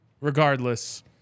regardless